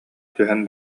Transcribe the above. түһэн